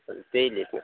हजुर त्यही लेख्नुहोस्